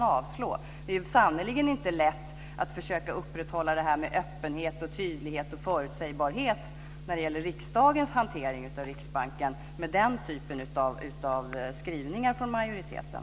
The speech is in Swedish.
Med den typen av skrivningar från majoriteten är det sannerligen inte lätt att försöka upprätthålla detta med öppenhet, tydlighet och förutsägbarhet när det gäller riksdagens hantering av Riksbanken.